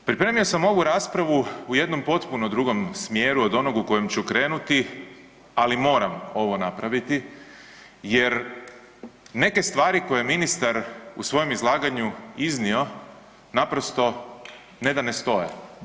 Pripremio sam ovu raspravu u jednom potpuno drugom smjeru od onog u kojem ću krenuti, ali moram ovo napraviti jer neke stvari koje je ministar u svojem izlaganju iznio naprosto ne da ne stoje.